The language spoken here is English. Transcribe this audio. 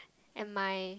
at my